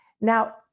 Now